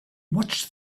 watched